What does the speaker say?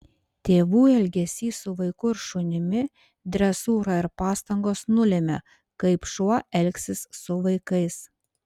tėvų elgesys su vaiku ir šunimi dresūra ir pastangos nulemia kaip šuo elgsis su vaikais